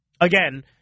Again